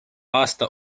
aasta